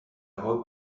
whole